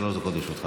שלוש דקות לרשותך.